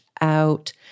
out